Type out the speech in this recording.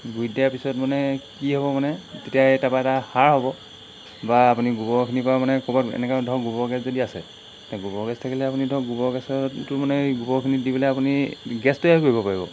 গুৰিত দিয়াৰ পিছত মানে কি হ'ব মানে তেতিয়া এই তাৰপৰা এটা সাৰ হ'ব বা আপুনি গোবৰখিনিপৰা মানে ক'ৰবাত এনেকুৱা ধৰক গোবৰ গেছ যদি আছে সেই গোবৰ গেছ থাকিলে আপুনি ধৰক গোবৰ গেছতো মানে এই গোবৰখিনিত দি পেলাই আপুনি গেছ তৈয়াৰ কৰিব পাৰিব